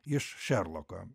iš šerloko